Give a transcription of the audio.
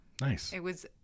Nice